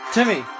Timmy